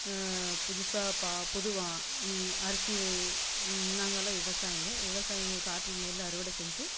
புதுசாக பா புது வா அரிசி நாங்க எல்லாம் விவசாயிங்க விவசாயிங்க காட்டில் நெல் அறுவடை செஞ்சு